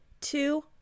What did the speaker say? two